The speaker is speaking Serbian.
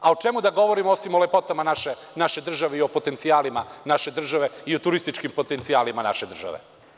A o čemu da govorimo, osim o lepotama naše države i o potencijalima naše države i o turističkim potencijalima naše države?